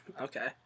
Okay